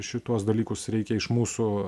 šituos dalykus reikia iš mūsų